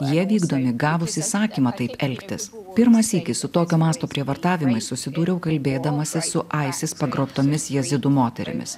jie vykdomi gavus įsakymą taip elgtis pirmą sykį su tokio masto prievartavimais susidūriau kalbėdamasis su isis pagrobtomis jezidų moterimis